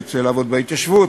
שיצא לעבוד בהתיישבות,